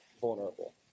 vulnerable